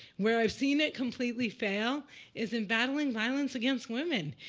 where i've seen it completely fail is in battling violence against women.